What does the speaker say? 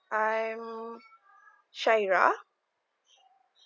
I'm shahira